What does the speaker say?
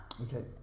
Okay